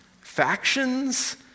factions